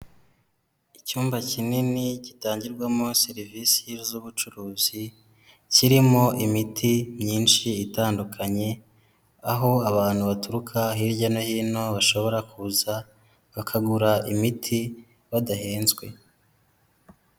Icyumba kinini gitangirwamo serivisi z'ubucuruzi kirimo imiti myinshi itandukanye aho abantu baturuka hirya no hino bashobora kuza bakagura imiti badahenzwe.